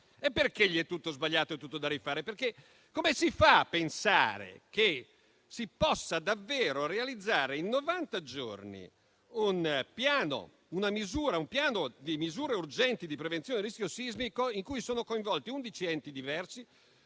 perché l'è tutto sbagliato, l'è tutto da rifare? Come si fa a pensare che si possa davvero realizzare in novanta giorni un piano di misure urgenti di prevenzione dal rischio sismico in cui sono coinvolti undici enti diversi,